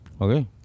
Okay